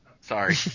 sorry